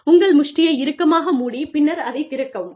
உங்கள் முஷ்டியை இறுக்கமாக மூடி பின்னர் அதைத் திறக்கவும்